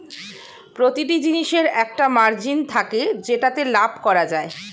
প্রতিটি জিনিসের একটা মার্জিন থাকে যেটাতে লাভ করা যায়